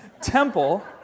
temple